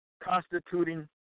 constituting